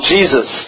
Jesus